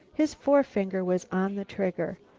his forefinger was on the trigger.